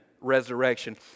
resurrection